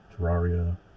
Terraria